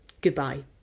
Goodbye